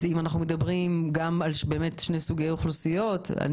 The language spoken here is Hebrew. אם אנחנו מדברים על שני סוגי אוכלוסיות,